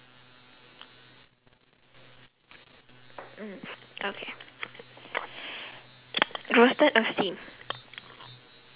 mm okay roasted or steamed